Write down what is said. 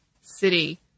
city